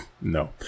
No